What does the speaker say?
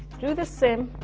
do the same